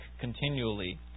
continually